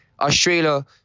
Australia